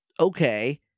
okay